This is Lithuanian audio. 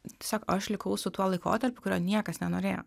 tiesiog aš likau su tuo laikotarpiu kurio niekas nenorėjo